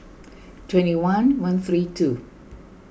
twenty one one three two